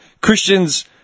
Christians